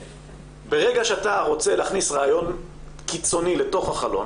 ברגע שאתה רוצה להכניס רעיון קיצוני לתוך החלון,